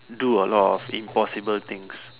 do a lot of impossible things